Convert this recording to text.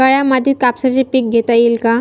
काळ्या मातीत कापसाचे पीक घेता येईल का?